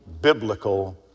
biblical